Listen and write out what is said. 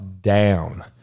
down